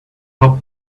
help